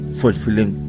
fulfilling